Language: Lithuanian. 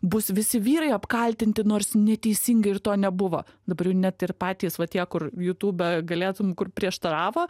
bus visi vyrai apkaltinti nors neteisingai ir to nebuvo dabar jau net ir patys va tie kur jutube galėtum kur prieštaravo